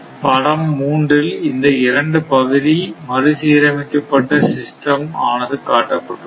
படம் 3 இல் இந்த இரண்டு பகுதி மறுசீரமைக்கப்பட்ட சிஸ்டம் ஆனது காட்டப்பட்டுள்ளது